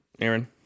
Aaron